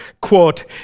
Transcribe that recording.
quote